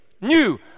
New